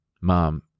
mom